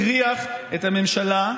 הכריח את הממשלה,